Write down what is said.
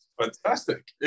Fantastic